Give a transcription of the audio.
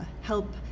help